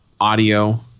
audio